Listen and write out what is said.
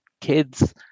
kids